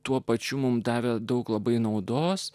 tuo pačiu mums davė daug labai naudos